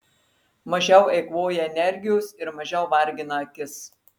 mažiau eikvoja energijos ir mažiau vargina akis